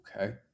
okay